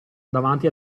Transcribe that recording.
davanti